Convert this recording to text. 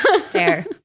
Fair